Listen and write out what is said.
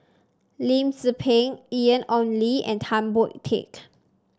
Lim Tze Peng Ian Ong Li and Tan Boon Teik